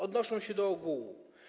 Odnoszą się do ogółu.